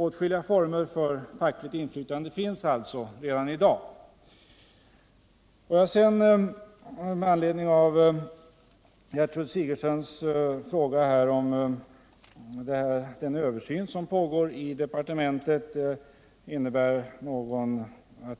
Åtskilliga former för fackligt inflytande finns alltså redan i dag. Gertrud Sigurdsen frågar sedan om